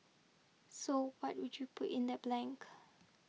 so what would you put in that blank